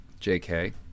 JK